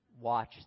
watch